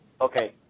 Okay